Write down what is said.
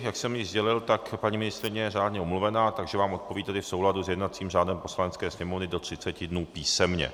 Jak jsem již sdělil, tak paní ministryně je řádně omluvena, takže vám odpoví v souladu s jednacím řádem Poslanecké sněmovny do 30 dnů písemně.